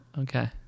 Okay